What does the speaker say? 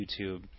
YouTube